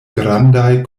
grandaj